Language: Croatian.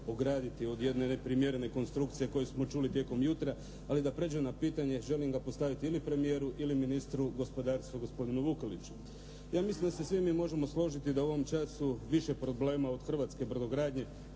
ograditi od jedne neprimjerene konstrukcije koju smo čuli tijekom jutra. Ali da prijeđem na pitanje, želim ga postaviti ili premijeru ili ministru gospodarstva, gospodinu Vukeliću. Ja mislim da se svi mi možemo složiti da u ovom času više problema od hrvatske brodogradnje,